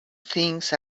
things